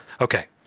okay